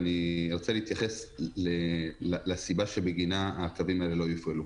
אני רוצה להתייחס לסיבה שבגינה הקווים האלה לא יופעלו.